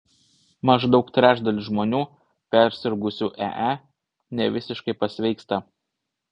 maždaug trečdalis žmonių persirgusių ee nevisiškai pasveiksta